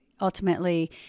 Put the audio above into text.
ultimately